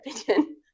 opinion